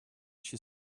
she